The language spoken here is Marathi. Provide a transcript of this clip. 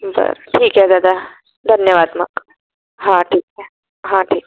बरं ठीक आहे दादा धन्यवाद मग हां ठीक आहे हां ठीक आहे